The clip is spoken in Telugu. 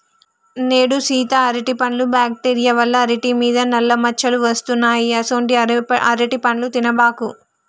నేడు సీత అరటిపండ్లు బ్యాక్టీరియా వల్ల అరిటి మీద నల్ల మచ్చలు వస్తున్నాయి అసొంటీ అరటిపండ్లు తినబాకు